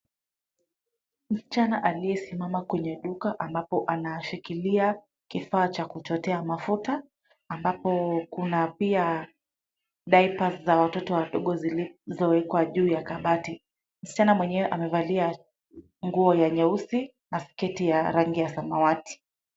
Msichana aliyesimama kwenye duka, ambapo anashikilia kifaa cha kuchotea mafuta, ambapo kuna pia Daipers za watoto wadogo zilizowekwa juu ya kabati. Msichana mwenyewe amevalia nguo ya nyeusi na sketi ya rangi ya samawati.